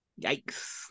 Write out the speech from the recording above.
Yikes